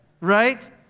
right